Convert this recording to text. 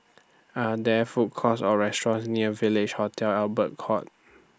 Are There Food Courts Or restaurants near Village Hotel Albert Court